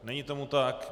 Není tomu tak.